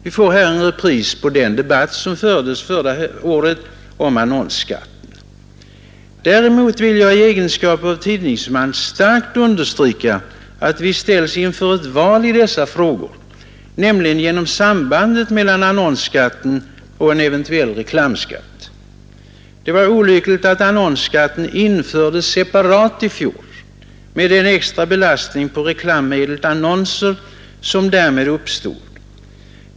Vi får en repris på den debatt som fördes förra året om annonsskatten. Däremot vill jag i egenskap av tidningsman starkt understryka att vi ställs inför ett val i dessa frågor, nämligen genom sambandet mellan annonsskatten och en eventuell reklamskatt. Det var olyckligt att annonsskatten infördes separat i fjol med den extra belastning på reklammedlet annonser som därmed uppstod.